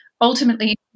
ultimately